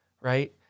right